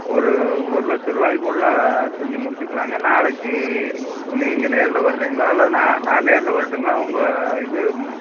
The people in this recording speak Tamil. ஒரு ஒரு லட்ச ருபாயிக்குள்ள செஞ்சு முடிச்சுக்கிலாங்க நாளைக்கு நீங்கள் நேரில் வரீங்களா அல்லது நான் நான் நேரில் வரட்டுங்களா உங்க இது